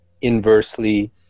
inversely